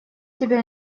тебя